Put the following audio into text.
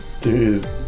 Dude